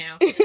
now